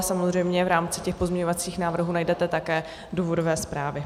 A samozřejmě v rámci pozměňovacích návrhů najdete také důvodové zprávy.